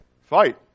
Fight